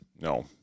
No